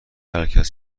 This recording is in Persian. هرکس